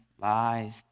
lies